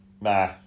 Nah